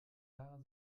lara